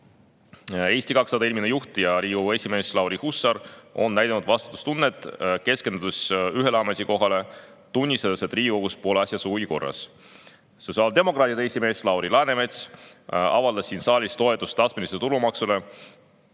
Eesti 200 eelmine juht ja Riigikogu esimees Lauri Hussar on näidanud vastutustunnet, ta keskendus ühele ametikohale, tunnistades, et Riigikogus pole asjad korras. Sotsiaaldemokraatide esimees Lauri Läänemets avaldas siin saalis toetust astmelisele tulumaksule